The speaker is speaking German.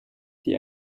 die